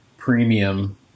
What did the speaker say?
Premium